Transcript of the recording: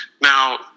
Now